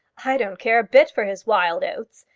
i don't care a bit for his wild oats,